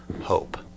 hope